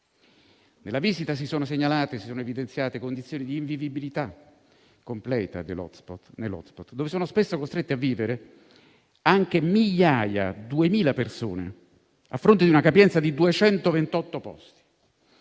Nella visita si sono evidenziate condizioni di invivibilità completa nell'*hotspot*, dove sono spesso costrette a vivere anche 2.000 persone, a fronte di una capienza di 228 posti.